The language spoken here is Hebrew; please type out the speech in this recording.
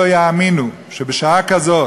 לא יאמינו שבשעה כזאת